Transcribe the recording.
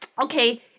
okay